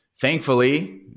thankfully